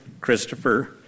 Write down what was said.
Christopher